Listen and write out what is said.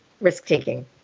risk-taking